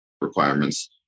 requirements